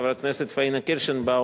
חברת הכנסת פניה קירשנבאום,